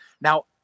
now